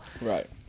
right